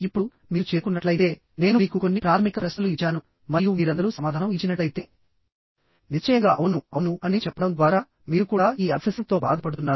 ఇప్పుడు మీరు చేరుకున్నట్లయితే నేను మీకు కొన్ని ప్రాథమిక ప్రశ్నలు ఇచ్చాను మరియు మీరందరూ సమాధానం ఇచ్చినట్లయితే నిశ్చయంగా అవును అవును అని చెప్పడం ద్వారా మీరు కూడా ఈ అబ్సెసివ్ తో బాధపడుతున్నారు